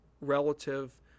relative